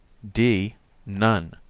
d none.